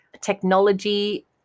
technology